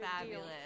fabulous